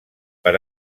per